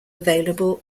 available